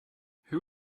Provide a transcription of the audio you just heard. who